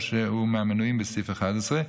או שהוא מהמנויים בסעיף 11,